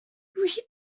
read